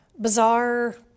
bizarre